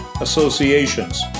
associations